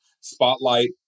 spotlight